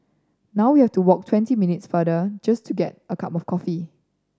now we have to walk twenty minutes further just to get a cup of coffee